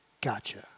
gotcha